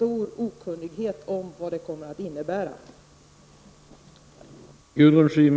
Okunnigheten om vad det kommer att innebära är stor.